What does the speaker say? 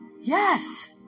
Yes